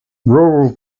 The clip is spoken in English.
rural